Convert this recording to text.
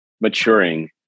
maturing